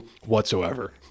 whatsoever